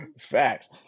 facts